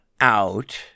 out